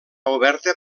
oberta